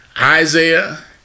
Isaiah